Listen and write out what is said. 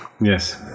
yes